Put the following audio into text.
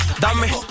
Dame